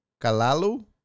Kalalu